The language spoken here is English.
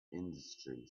industry